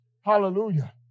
Hallelujah